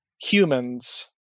humans